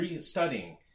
studying